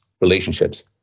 relationships